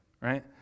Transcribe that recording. right